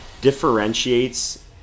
differentiates